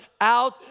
out